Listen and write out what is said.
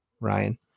Ryan